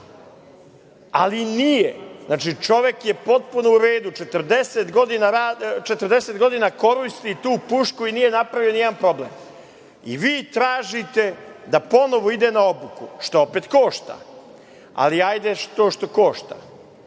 ali nije. Znači, čovek je potpuno uredu, 40 godina koristi tu pušku i nije napravio nijedan problem. I vi tražite da ponovo ide na obuku, što opet košta. Ali, ajde što košta,